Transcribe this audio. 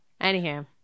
Anyhow